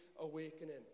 awakening